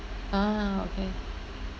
ah okay